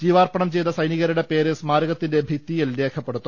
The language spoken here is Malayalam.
ജീവാർപ്പണം ചെയ്ത സൈനികരുടെ പേര് സ്മാരകത്തിന്റെ ഭിത്തിയിൽ രേഖപ്പെടു ത്തും